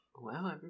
Wow